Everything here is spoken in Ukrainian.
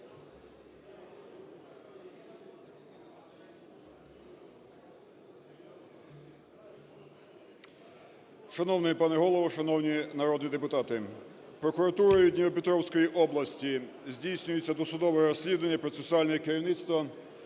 Шановний пане Голово, шановні народні депутати! Прокуратурою Дніпропетровської області здійснюється досудове розслідування, процесуальне керівництво